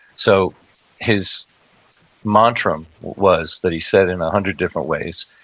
so his mantra was, that he said in hundred different ways,